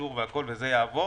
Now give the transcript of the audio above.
אישור וזה יעבור.